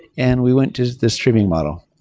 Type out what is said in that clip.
and we went to the streaming model,